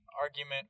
argument